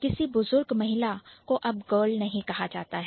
किसी बुजुर्ग महिला को अब Girl नहीं कहा जाता है